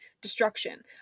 Destruction